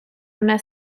una